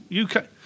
UK